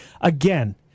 Again